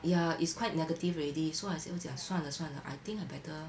ya it's quite negative already so I say 我讲算了算了 I think I better